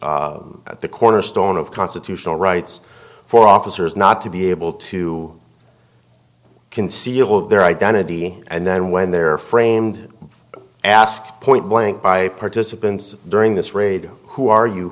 the cornerstone of constitutional rights for officers not to be able to conceal their identity and then when they're framed asked point blank by participants during this raid who are you